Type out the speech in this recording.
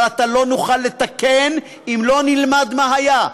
אבל עתה לא נוכל לתקן אם לא נלמד מה היה,